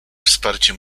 wsparcie